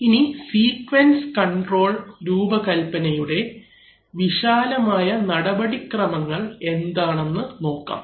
ഇനി sequence control രൂപകൽപനയുടെ വിശാലമായ നടപടിക്രമങ്ങൾ എന്താണെന്ന് നോക്കാം